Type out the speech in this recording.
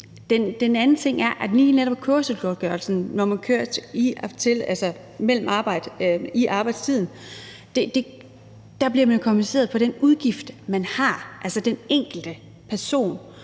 Den anden ting er, at lige netop med kørselsgodtgørelsen, når man kører i arbejdstiden, bliver man jo kompenseret for den udgift, man har, altså den enkelte person,